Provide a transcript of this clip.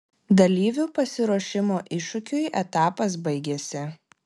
dalyvių pasiruošimo iššūkiui etapas baigiasi